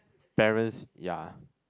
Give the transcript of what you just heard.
parents ya